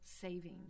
Saving